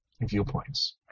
viewpoints